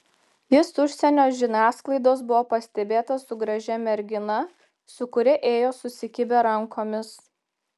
jis užsienio žiniasklaidos buvo pastebėtas su gražia mergina su kuria ėjo susikibę rankomis